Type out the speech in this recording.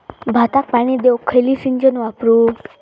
भाताक पाणी देऊक खयली सिंचन वापरू?